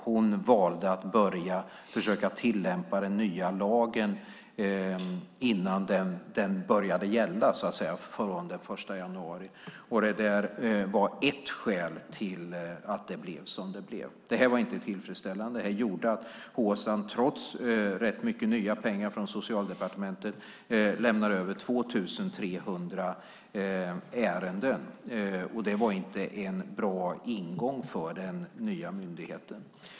Hon valde att börja tillämpa den nya lagen innan den började gälla från den 1 januari. Det var ett av skälen till att det blev som det blev. Detta var inte tillfredsställande. Det gjorde att Hsan trots rätt mycket nya pengar från Socialdepartementet lämnade över 2 300 ärenden. Det var inte en bra ingång för den nya myndigheten.